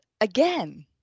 again